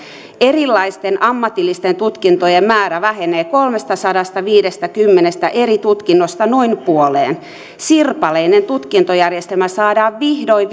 erilaisten ammatillisten tutkintojen määrä vähenee kolmestasadastaviidestäkymmenestä eri tutkinnosta noin puoleen sirpaleinen tutkintojärjestelmä saadaan vihdoin